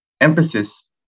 Emphasis